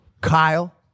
Kyle